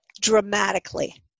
Dramatically